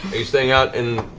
are you staying out in